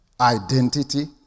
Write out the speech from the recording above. Identity